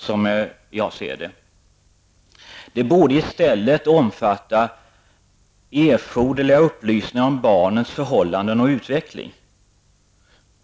Informationsskyldigheten borde i stället omfatta ''erforderliga upplysningar om barnets förhållanden och utveckling''.